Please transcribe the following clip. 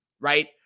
right